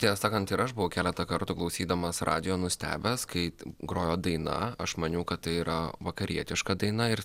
tiesą sakant ir aš buvau keletą kartų klausydamas radijo nustebęs kai grojo daina aš maniau kad tai yra vakarietiška daina ir